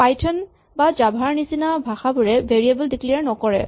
Python বা Java ৰ নিচিনা ভাষাবোৰে ভেৰিয়েবল ডিক্লেয়াৰ নকৰে